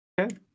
Okay